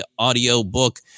audiobook